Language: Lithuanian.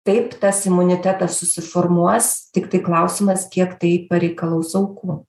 taip tas imunitetas susiformuos tiktai klausimas kiek tai pareikalaus aukų